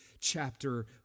chapter